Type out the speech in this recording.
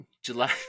July